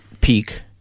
peak